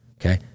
okay